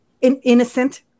innocent